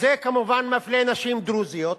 זה כמובן מפלה נשים דרוזיות,